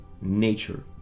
nature